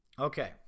okay